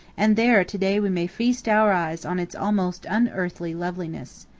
and there to-day we may feast our eyes on its almost unearthly loveliness.